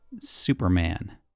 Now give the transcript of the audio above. Superman